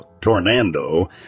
tornado